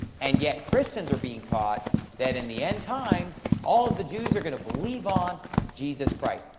and yet christians are being taught that in the end times, all the jews are going to believe on jesus christ.